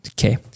okay